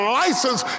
license